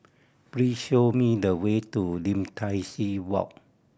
please show me the way to Lim Tai See Walk